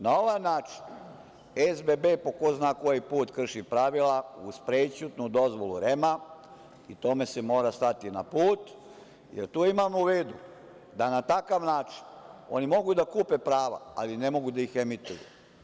Na ovaj način SBB po ko zna koji put krši pravila, uz prećutnu dozvolu REM i tome se mora stati na put, jer to imamo u vidu da na takav način oni mogu da kupe prava, ali ne mogu da ih emituju.